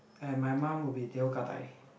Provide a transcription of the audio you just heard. and my mum will be teh o gah-dai